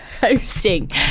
hosting